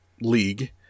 league